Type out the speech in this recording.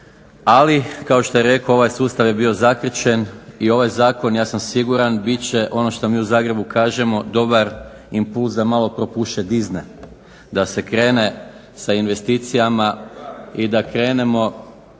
Ali kao što je rekao ovaj sustav je bio zakrčen i ovaj zakon ja sam siguran bit će ono što mi u Zagrebu kažemo dobar impuls da malo propuše dizne, da se krene sa investicijama i da krenemo